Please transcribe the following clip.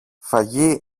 φαγί